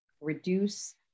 reduce